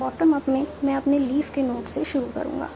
bottom up में मैं अपने लीफ के नोड्स से शुरू करूंगा